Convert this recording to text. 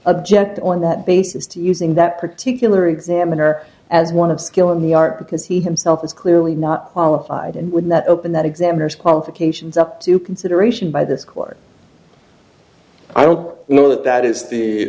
object on that basis to using that particular examiner as one of skill in the art because he himself is clearly not qualified and would not open that examiners qualifications up to consideration by this court i don't know that that is the